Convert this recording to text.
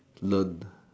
learn